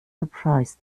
surprised